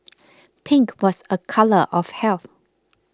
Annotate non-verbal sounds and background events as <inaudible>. <noise> pink was a colour of health